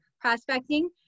prospecting